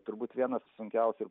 turbūt vienas sunkiausių